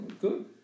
Good